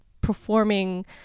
performing